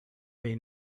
may